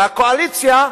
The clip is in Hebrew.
והקואליציה דווקא,